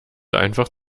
einfach